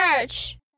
church